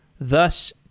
Thus